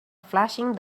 flashing